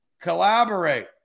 collaborate